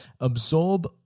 absorb